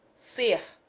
see ir,